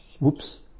Whoops